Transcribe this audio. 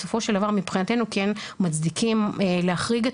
בסופו של דבר מבחינתנו כן מצדיקים להחריג את